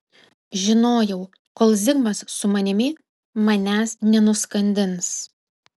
žinojau kol zigmas su manimi manęs nenuskandins